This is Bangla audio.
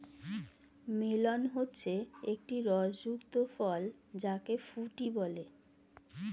মেলন হচ্ছে একটি রস যুক্ত ফল যাকে ফুটি বলে